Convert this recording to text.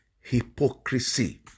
hypocrisy